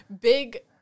big